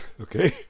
Okay